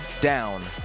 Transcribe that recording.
down